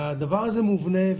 הדבר הזה מובנה.